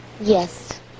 yes